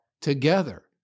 together